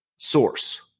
Source